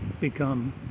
become